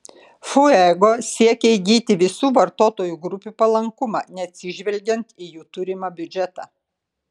fuego siekė įgyti visų vartotojų grupių palankumą neatsižvelgiant į jų turimą biudžetą